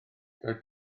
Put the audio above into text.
doedd